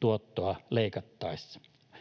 tuottoa leikattaessa.